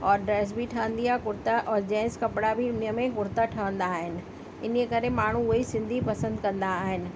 और ड्रेस बि ठहंदी आहे कुर्ता और जैंस कपिड़ा बि उन ई में कुर्ता ठहंदा आहिनि इन ई करे माण्हू उहेई सिंधी पसंदि कंदा आहिनि